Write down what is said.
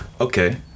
Okay